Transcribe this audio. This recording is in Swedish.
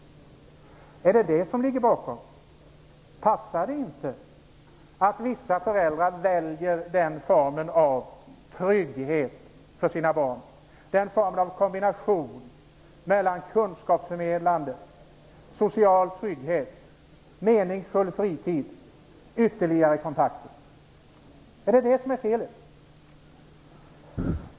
Är det detta som ligger bakom? Passar det inte att vissa föräldrar väljer den formen av trygghet för sina barn, den formen av kombination mellan kunskapförmedlande, social trygghet, meningsfull fritid och ytterligare kontakter? Är det detta som är felet?